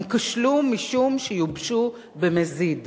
הם כשלו משום שיובשו במזיד.